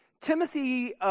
Timothy